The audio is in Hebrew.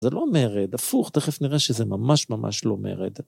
זה לא מרד, הפוך, תכף נראה שזה ממש ממש לא מרד.